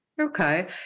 Okay